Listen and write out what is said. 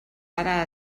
ara